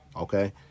okay